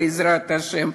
בעזרת השם,